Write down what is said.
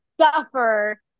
suffer